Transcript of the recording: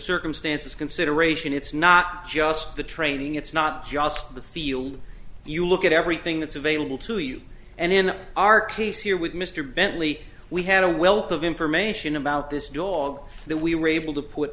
circumstances consideration it's not just the training it's not just the field you look at everything that's available to you and in our case here with mr bentley we had a wealth of information about this dog that we were able to put